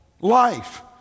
life